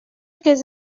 qu’elles